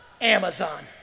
Amazon